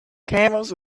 camels